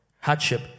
hardship